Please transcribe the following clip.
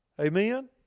Amen